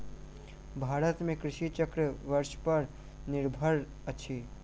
भारत में कृषि चक्र वर्षा पर निर्भर अछि